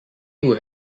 would